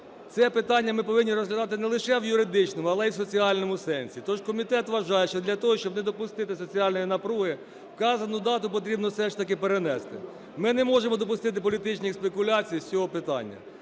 це питання ми повинні розглядати не лише в юридичному, але і в соціальному сенсі. Тож комітет вважає, що для того, щоб не допустити соціальної напруги, вказану дату потрібно все ж таки перенести. Ми не можемо допустити політичні спекуляції з цього питання.